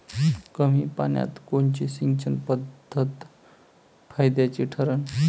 कमी पान्यात कोनची सिंचन पद्धत फायद्याची ठरन?